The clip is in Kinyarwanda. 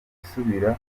gusubira